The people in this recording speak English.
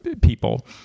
people